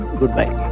goodbye